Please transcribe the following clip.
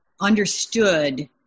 understood